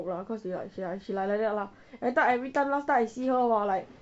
lah cause she like she like like that lah I thought every time last time I see her like